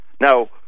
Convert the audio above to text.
Now